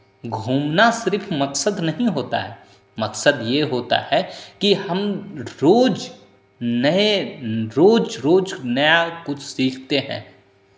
घूमना सिर्फ मकसद नहीं होता है मकसद ये होता है कि कि हम रोज नए रोज रोज नया कुछ सीखते हैं